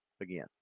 again